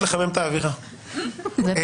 -- ההגנה צריכה להיות כפולה.